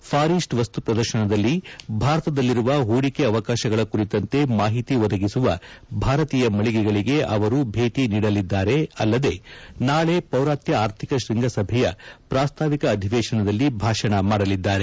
for east ವಸ್ತು ಪ್ರದರ್ಶನದಲ್ಲಿ ಭಾರತದಲ್ಲಿರುವ ಹೂಡಿಕೆ ಅವಕಾಶಗಳ ಕುರಿತಂತೆ ಮಾಹಿತಿ ಒದಗಿಸುವ ಭಾರತೀಯ ಮಳಿಗೆಗಳಿಗೆ ಅವರು ಭೇಟಿ ನೀಡಲಿದ್ದಾರೆ ನಾಳೆ ಪೌರಾತ್ಯ ಆರ್ಥಿಕ ಶೃಂಗಸಭೆಯ ಪ್ರಸ್ತಾವಿಕ ಅಧಿವೇಶನದಲ್ಲಿ ಭಾಷಣ ಮಾಡಲಿದ್ದಾರೆ